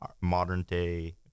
modern-day